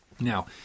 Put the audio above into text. Now